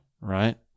right